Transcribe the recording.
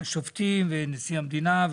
השופטים ונשיא המדינה.